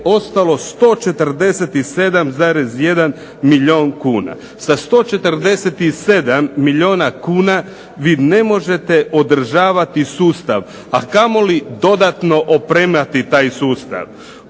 ostalo 147,1 milijun kuna. Sa 147 milijuna kuna vi ne možete održavati sustav, a kamoli dodatno opremati taj sustav.